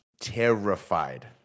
terrified